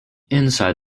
inside